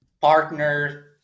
partner